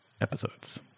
episodes